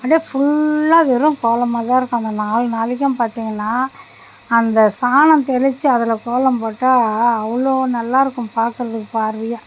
அப்டியே ஃபுல்லாக வெறும் கோலமாக தான் இருக்கும் அந்த நாலு நாளைக்கும் பார்த்தீங்கன்னா அந்த சாணம் தெளித்து அதில் கோலம் போட்டால் அவ்வளோ நல்லாயிருக்கும் பார்க்குறதுக்கு பார்வையாக